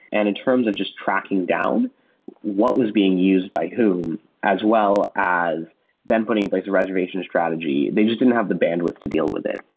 and in terms of just tracking down what was being used by who as well as then putting in place a reservation strategy, they just didn't have the bandwidth to deal with it.